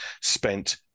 spent